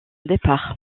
départ